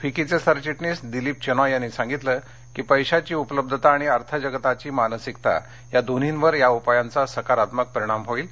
फिक्कीचे सरचिटणीस दिलीप चेनॉय यांनी सांगितलं की पैशाची उपलब्धता आणि अर्थजगताची मानसिकता या दोन्हींवर या उपायांचा सकारात्मक परिणाम होईल